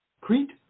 Crete